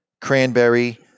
cranberry